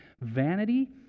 vanity